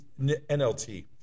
nlt